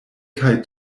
kaj